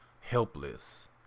helpless